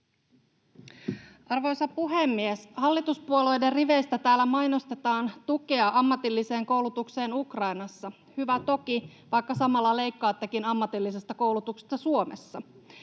Arvoisa puhemies! Hallituspuolueiden riveistä täällä mainostetaan tukea ammatilliseen koulutukseen Ukrainassa. — Hyvä toki, vaikka samalla leikkaattekin ammatillisesta koulutuksesta Suomessa.